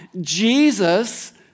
Jesus